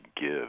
give